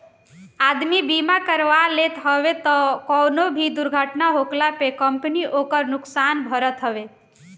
आदमी बीमा करवा लेत हवे तअ कवनो भी दुर्घटना होखला पे कंपनी ओकर नुकसान भरत हवे